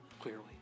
clearly